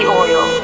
oil